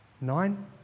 nine